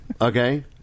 okay